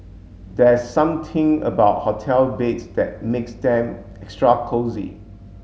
there's something about hotel beds that makes them extra cosy